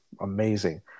amazing